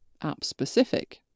app-specific